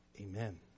amen